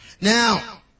Now